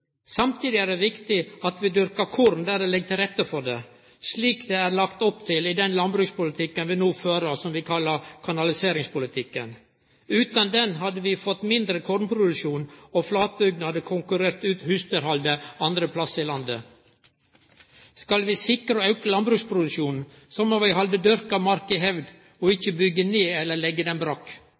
Samtidig er det viktig at vi dyrkar korn der det ligg til rette for det, slik det er lagt opp til i den landbrukspolitikken vi no fører, som vi kallar kanaliseringspolitikken. Utan den hadde vi fått mindre kornproduksjon, og flatbygdene hadde utkonkurrert husdyrhaldet andre plassar i landet. Skal vi sikre og auke landbruksproduksjonen, må vi halde dyrka mark i hevd og ikkje byggje ned eller leggje ho brakk. Vi må unngå å leggje motorvegar og kjøpesenter på den